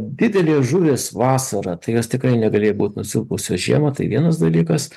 didelės žuvys vasarą tai jos tikrai negalėjo būt nusilpusios žiemą tai vienas dalykas